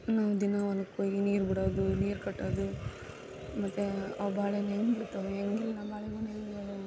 ನಾವು ದಿನಾ ಹೊಲಕ್ಕೋಗಿ ನೀರು ಬಿಡೋದು ನೀರು ಕಟ್ಟೋದು ಮತ್ತು ಆ ಬಾಳೆಹಣ್ಣು ಹೆಂಗೆ ಬಿಡ್ತವೆ ಹೆಂಗಿಲ್ಲ ನಾನು ಬಾಳೆ ಗೊನೆಯಲ್ಲಿ ಬಿಡೋದು